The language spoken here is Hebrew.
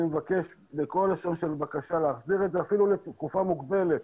אני מבקש בכל לשון של בקשה להחזיר את זה אפילו לתקופה מוגבלת,